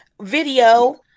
Video